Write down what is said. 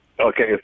Okay